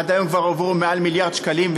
עד היום כבר הועברו מעל מיליארד שקלים,